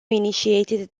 initiated